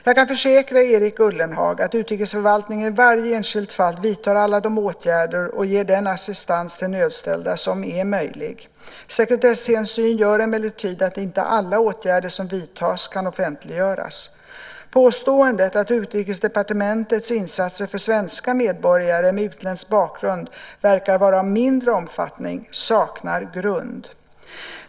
Jag kan försäkra Erik Ullenhag att utrikesförvaltningen i varje enskilt fall vidtar alla de åtgärder och ger den assistans till nödställda som är möjlig. Sekretesshänsyn gör emellertid att inte alla åtgärder som vidtas kan offentliggöras. Påståendet att Utrikesdepartementets insatser för svenska medborgare med utländsk bakgrund verkar vara av mindre omfattning saknar grund.